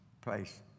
place